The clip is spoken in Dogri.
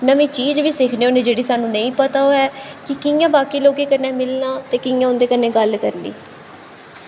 नमीं चीज़ बी सिक्खने होन्ने जेह्ड़ी सानूं नेईं पता होऐ कि कियां बाकी लोकें कन्नै मिलना ते कि'यां उं'दे कन्नै गल्ल करनी